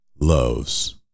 loves